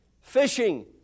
Fishing